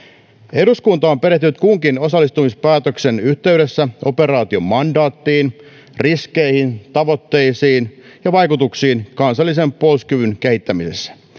eduskunta on perehtynyt kunkin osallistumispäätöksen yhteydessä operaation mandaattiin riskeihin tavoitteisiin ja vaikutuksiin kansallisen puolustuskyvyn kehittämisessä